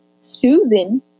Susan